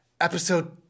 Episode